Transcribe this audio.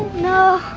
know.